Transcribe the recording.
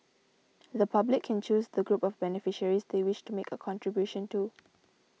the public can choose the group of beneficiaries they wish to make a contribution to